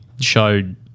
showed